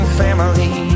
family